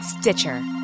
Stitcher